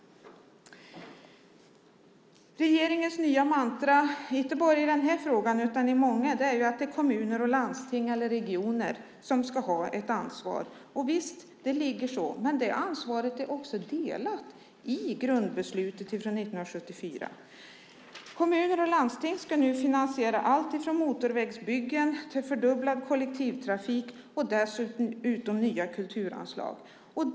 Regeringens nya mantra - inte bara i den här frågan utan i många - är att det är kommuner och landsting eller regioner som ska ha ett ansvar. Visst, det ligger så. Men det ansvaret är också delat i grundbeslutet från 1974. Kommuner och landsting ska nu finansiera allt från motorvägsbyggen till fördubblad kollektivtrafik och nya kulturanslag.